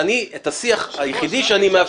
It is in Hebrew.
את הסעיף הזה.